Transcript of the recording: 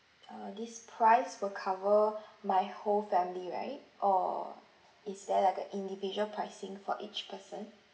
uh this price will cover my whole family right or is that like a individual pricing for each person